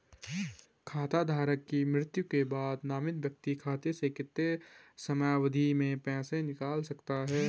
खाता धारक की मृत्यु के बाद नामित व्यक्ति खाते से कितने समयावधि में पैसे निकाल सकता है?